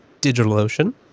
DigitalOcean